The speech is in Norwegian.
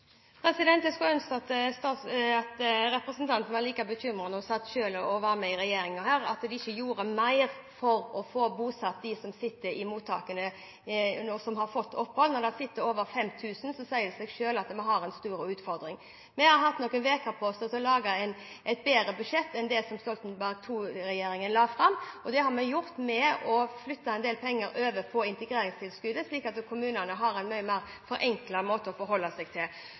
Jeg skulle ønske at representanten var like bekymret da hennes parti selv var i regjering, over at man ikke gjorde mer for å få bosatt dem som har fått opphold, men som fortsatt sitter i mottak. Når det sitter over 5 000 der, sier det seg selv at vi har en stor utfordring. Vi har hatt noen uker på oss til å lage et bedre budsjett enn det Stoltenberg II-regjeringen la fram, og det har vi gjort ved å flytte en del penger over på integreringstilskuddet, slik at kommunene på en mye enklere måte kan forholde seg til